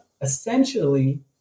essentially